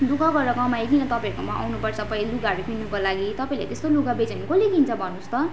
दुखः गरेर कमाइकन तपाईँहरूकोमा आउनु पर्छ पै लुगाहरू किन्नुको लागि तपाईँहरूले त्यस्तो लुगा बेच्यो भने कसले किन्छ भन्नुहोस् त